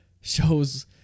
shows